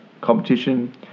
competition